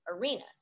arenas